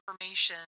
information